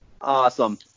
Awesome